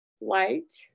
light